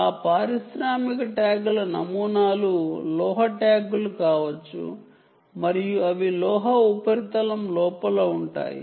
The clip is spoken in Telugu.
ఆ ఇండస్ట్రియల్ ట్యాగ్ల నమూనాలు చూపిస్తాను ఇవి మెటాలిక్ ట్యాగ్లు కావచ్చు మరియు అవి మెటాలిక్ సర్ఫేసెస్ లోపల ఉంటాయి